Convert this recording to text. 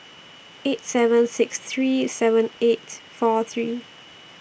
eight seven six three seven eight four three